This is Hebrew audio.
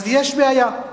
אז יש בעיה.